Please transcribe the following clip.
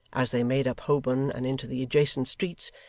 as they made up holborn and into the adjacent streets,